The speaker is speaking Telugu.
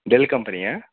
డెల్ కంపెనీయా